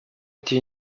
été